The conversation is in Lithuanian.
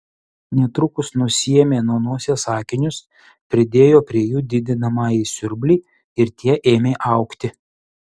netrukus nusiėmė nuo nosies akinius pridėjo prie jų didinamąjį siurblį ir tie ėmė augti